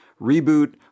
reboot